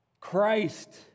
Christ